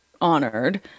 honored